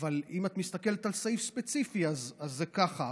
אם את מסתכלת על סעיף ספציפי אז זה ככה,